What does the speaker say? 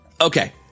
Okay